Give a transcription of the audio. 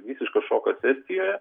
visiškas šokas estijoje